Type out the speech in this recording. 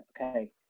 okay